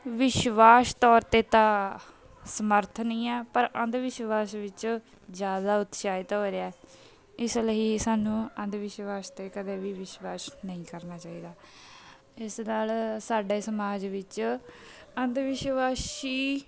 ਵਿਸ਼ਵਾਸ ਤੌਰ 'ਤੇ ਤਾਂ ਸਮਰਥਨ ਹੀ ਹੈ ਪਰ ਅੰਧ ਵਿਸ਼ਵਾਸ ਵਿੱਚ ਜ਼ਿਆਦਾ ਉਤਸ਼ਾਹਿਤ ਹੋ ਰਿਹਾ ਇਸ ਲਈ ਸਾਨੂੰ ਅੰਧ ਵਿਸ਼ਵਾਸ 'ਤੇ ਕਦੇ ਵੀ ਵਿਸ਼ਵਾਸ ਨਹੀਂ ਕਰਨਾ ਚਾਹੀਦਾ ਇਸ ਨਾਲ ਸਾਡੇ ਸਮਾਜ ਵਿੱਚ ਅੰਧ ਵਿਸ਼ਵਾਸੀ